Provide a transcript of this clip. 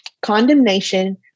Condemnation